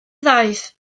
ddaeth